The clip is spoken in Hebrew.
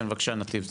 בבקשה, נתיב.